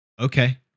Okay